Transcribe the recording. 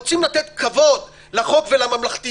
שרוצים לתת כבוד לחוק ולממלכתיות,